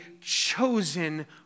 chosen